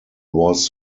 was